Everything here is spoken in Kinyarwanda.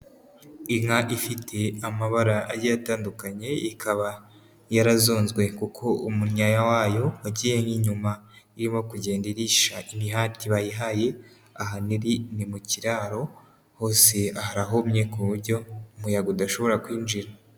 Inka ifite amabara agiye atandukanye, ikaba yarazonzwe kuko umunnyayo wayo wagiye n'inyuma, irimo kugenda irisha imihati bayihaye ahantu iri ni mu kiraro, hose harahumye ku buryo umuyaga udashobora kwinjira.